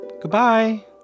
Goodbye